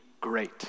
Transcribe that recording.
great